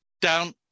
down